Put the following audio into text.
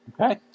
Okay